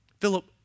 Philip